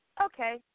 okay